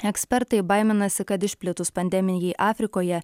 ekspertai baiminasi kad išplitus pandemijai afrikoje